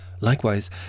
Likewise